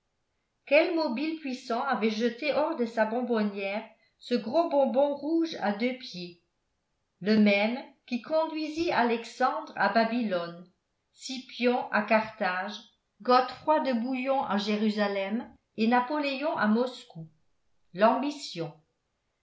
quel mobile puissant avait jeté hors de sa bonbonnière ce gros bonbon rouge à deux pieds le même qui conduisit alexandre à babylone scipion à carthage godefroi de bouillon à jérusalem et napoléon à moscou l'ambition